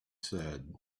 said